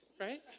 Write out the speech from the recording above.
right